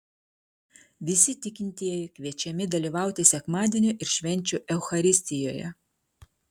visi tikintieji kviečiami dalyvauti sekmadienio ir švenčių eucharistijoje